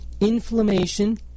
inflammation